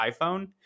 iPhone